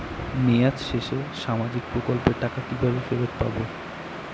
মেয়াদ শেষে সামাজিক প্রকল্পের টাকা কিভাবে ফেরত পাবো?